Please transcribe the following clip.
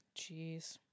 Jeez